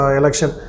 election